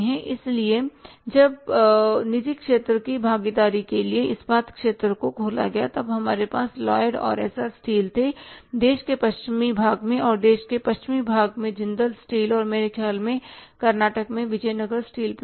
इसलिए जब निजी क्षेत्र की भागीदारी के लिए इस्पात क्षेत्र को खोला गया और तब हमारे पास लॉयड और एस आर स्टील थे देश के पश्चिमी भाग में और और देश के पश्चिमी भाग में था जिंदल स्टील और मेरे ख्याल से कर्नाटक में विजयनगर स्टील प्लांट था